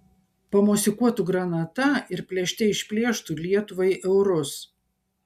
pamosikuotų granata ir plėšte išplėštų lietuvai eurus